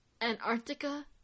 Antarctica